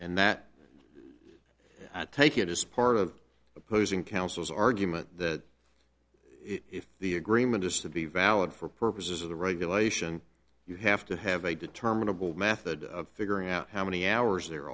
and that i take it as part of opposing counsel's argument that if the agreement is to be valid for purposes of the regulation you have to have a determinable method of figuring out how many hours there